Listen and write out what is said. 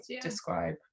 describe